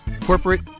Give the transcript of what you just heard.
Corporate